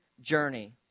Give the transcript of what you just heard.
journey